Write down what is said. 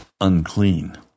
unclean